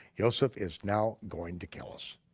yoseph is now going to kill us.